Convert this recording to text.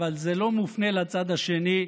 אבל זה לא מופנה לצד השני,